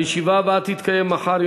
הישיבה הבאה תתקיים מחר,